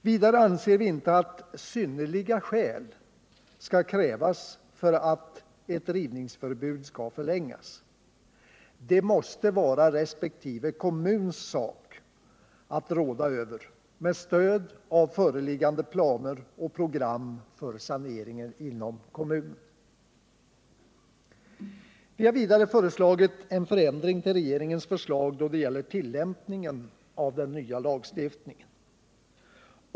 Vidare anser vi inte att ”synnerliga skäl” skall krävas för att ett rivningsförbud skall förlängas. Det är något som det måste vara resp. kommuns sak att råda över med stöd av föreliggande planer och program för saneringen inom kommunen. Vi har vidare föreslagit en förändring av regeringens förslag då det gäller tillämpningen av den nya lagstiftningen.